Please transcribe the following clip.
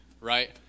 right